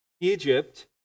Egypt